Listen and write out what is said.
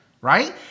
right